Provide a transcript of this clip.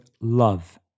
love